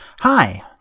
hi